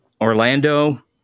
Orlando